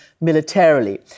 militarily